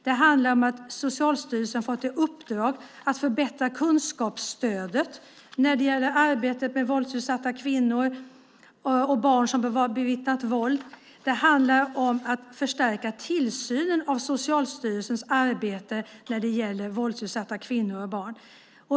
Det handlar om att Socialstyrelsen får i uppdrag att förbättra kunskapsstödet när det gäller arbetet med våldsutsatta kvinnor och barn som har bevittnat våld. Det handlar om att förstärka tillsynen av Socialstyrelsens arbete när det gäller våldsutsatta kvinnor och barn.